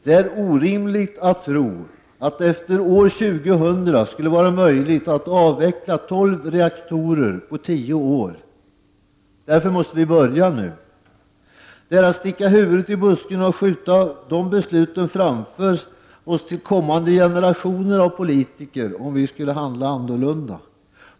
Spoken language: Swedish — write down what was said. Det är orimligt att tro att det efter år 2000 skulle vara möjligt att avveckla tolv reaktorer på tio år. Därför måste vi börja nu. Att handla annorlunda skulle var att sticka huvudet i busken och skjuta dessa beslut framför sig till kommande generationer av politiker.